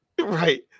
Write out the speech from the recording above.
right